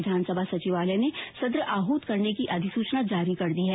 विधानसभा सचिवालय ने सत्र आहृत करने की अधिसूचना जारी कर दी है